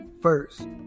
first